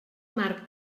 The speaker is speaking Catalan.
marc